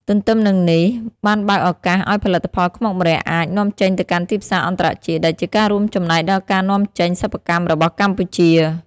ទន្ទឹមនឹងនេះ បានបើកឱកាសឲ្យផលិតផលខ្មុកម្រ័ក្សណ៍អាច នាំចេញទៅកាន់ទីផ្សារអន្តរជាតិ ដែលជាការរួមចំណែកដល់ការនាំចេញសិប្បកម្មរបស់កម្ពុជា។